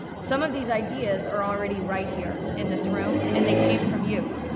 some of these ideas, are already right here in this room, and they came from you.